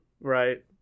Right